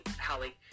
Hallie